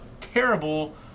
terrible